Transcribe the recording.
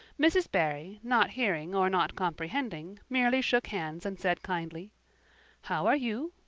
mrs. barry, not hearing or not comprehending, merely shook hands and said kindly how are you?